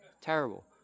terrible